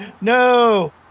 No